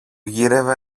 γύρευε